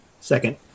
Second